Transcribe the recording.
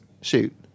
shoot